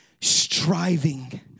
striving